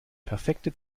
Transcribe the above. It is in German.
perfekte